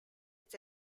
its